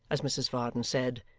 as mrs varden said,